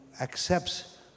accepts